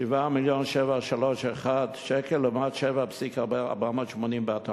7.731 מיליון ש"ח לעומת 7.480 מיליון ש"ח, בהתאמה.